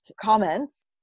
comments